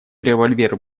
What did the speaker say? револьвер